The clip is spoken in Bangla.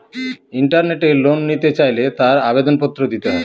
ইন্টারনেটে লোন নিতে চাইলে তার আবেদন পত্র দিতে হয়